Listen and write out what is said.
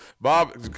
Bob